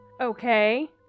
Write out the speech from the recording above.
Okay